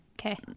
Okay